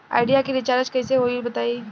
Idea के recharge कइसे होई बताईं?